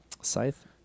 scythe